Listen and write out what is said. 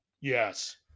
yes